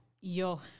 Yo